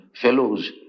fellows